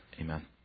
Amen